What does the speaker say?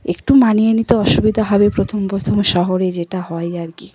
একটু মানিয়ে নিতে অসুবিধা হবে প্রথম প্রথম শহরে যেটা হয় আর কি